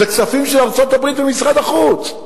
זה כספים של ארצות-הברית ומשרד החוץ,